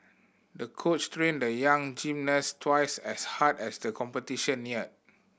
the coach trained the young gymnast twice as hard as the competition neared